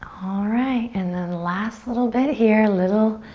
alright and then last little bit here, little,